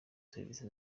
service